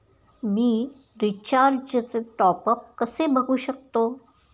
मी रिचार्जचे टॉपअप कसे बघू शकतो?